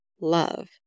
love